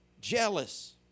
Jealous